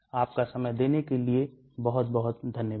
आपका समय देने के लिए बहुत बहुत धन्यवाद